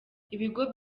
ibigo